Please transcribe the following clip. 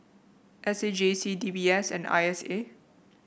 S A J C D B S and I S A